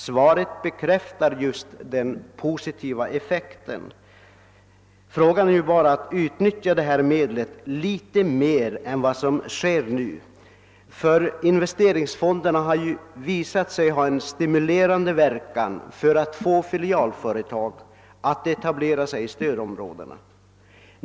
Svaret bekräftar just den positiva effekten. Frågan är bara hur man skall kunna utnyttja detta medel något mer än vad som nu sker, ty investeringsfonderna har visat sig ha en stimulerande verkan för att få filialföretag att etablera sig i stödområdena.